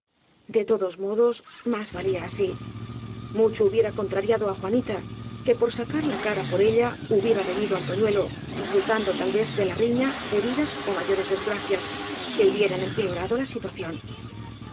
de todos modos más valía así mucho hu biera contrariado á juanita que por sacar la cara por ella hubiera reñido antoñuelo resultando tal vez de la riña heridas ó mayores desgracias que hubieran empeorado la situación